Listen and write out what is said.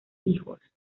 hijos